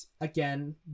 again